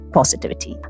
Positivity